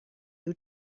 you